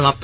समाप्त